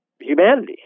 humanity